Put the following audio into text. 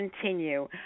continue